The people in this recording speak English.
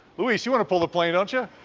luis, you want to pull a plane don't you?